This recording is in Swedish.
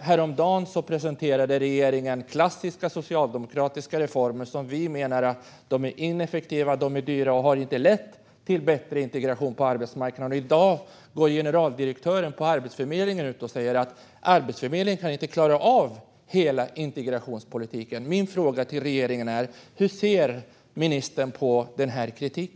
Häromdagen presenterade regeringen klassiska socialdemokratiska reformer, som vi menar är ineffektiva och dyra och inte har lett till bättre integration på arbetsmarknaden. I dag går generaldirektören på Arbetsförmedlingen ut och säger att Arbetsförmedlingen inte kan klara av hela integrationspolitiken. Min fråga till regeringen är: Hur ser ministern på denna kritik?